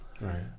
Right